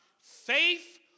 Faith